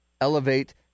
elevate